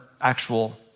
actual